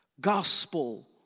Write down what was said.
Gospel